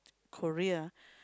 Korea ah